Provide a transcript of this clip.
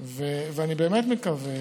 אני באמת מקווה